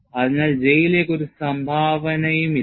അതിനാൽ J യിലേക്ക് ഒരു സംഭാവനയുമില്ല